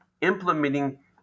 implementing